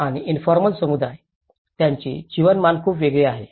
आणि इन्फॉर्मल समुदाय त्यांची जीवनमान खूप वेगळी आहे